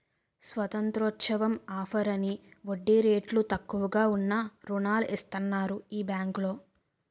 స్వతంత్రోత్సవం offer అని వడ్డీ రేట్లు తక్కువగా ఉన్న రుణాలు ఇస్తన్నారు ఈ బేంకులో